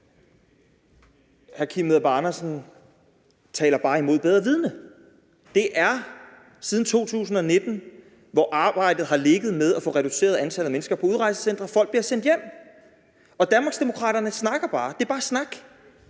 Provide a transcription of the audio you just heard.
Hr. Kim Edberg Andersen taler bare mod bedre vidende. Det er siden 2019, hvor arbejdet med at få reduceret antallet af mennesker på udrejsecentre har ligget. Folk bliver sendt hjem. Danmarksdemokraterne snakker bare. Det er bare snak.